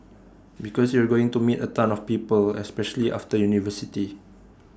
because you're going to meet A ton of people especially after university